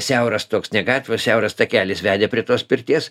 siauras toks ne gatvė o siauras takelis vedė prie tos pirties